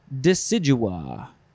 decidua